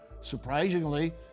Surprisingly